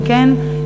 גם כן,